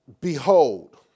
Behold